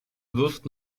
wirft